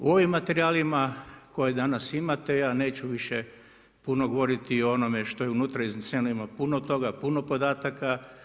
U ovim materijalima koje danas imate, ja neću više puno govoriti o onome što je unutra. … puno toga, puno podataka.